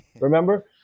Remember